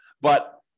But-